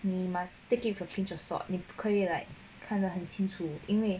we must take it with a pinch of salt 你不可以 like 看得很清楚因为